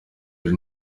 hari